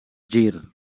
gir